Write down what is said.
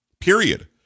period